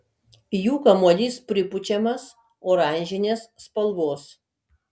jų kamuolys pripučiamas oranžinės spalvos